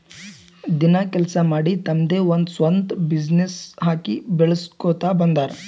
ದಿನ ಕೆಲ್ಸಾ ಮಾಡಿ ತಮ್ದೆ ಒಂದ್ ಸ್ವಂತ ಬಿಸಿನ್ನೆಸ್ ಹಾಕಿ ಬೆಳುಸ್ಕೋತಾ ಬಂದಾರ್